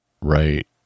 right